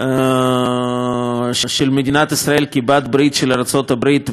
מדינת ישראל כבעלת-ברית של ארצות-הברית בהחלטה באו"ם,